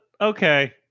okay